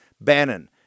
Bannon